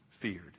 feared